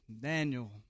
Daniel